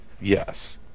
Yes